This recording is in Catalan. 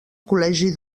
col·legi